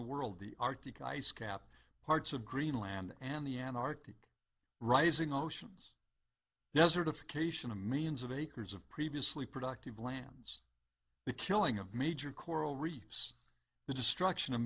the world the arctic ice cap parts of greenland and the antarctic rising oceans yes certification a millions of acres of previously productive lands the killing of major coral reefs the destruction of